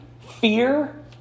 fear